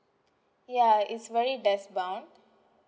ya it's very desk bound